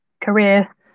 career